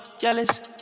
jealous